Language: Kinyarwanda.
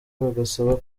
bagasaba